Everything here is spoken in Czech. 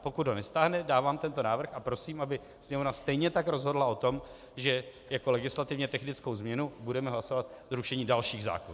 Pokud ho nestáhne, dávám tento návrh a prosím, aby Sněmovna stejně tak rozhodla o tom, že jako legislativně technickou změnu budeme hlasovat zrušení dalších zákonů.